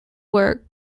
work